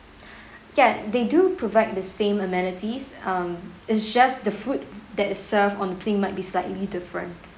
ya they do provide the same amenities um it's just the food that is served on thing might be slightly different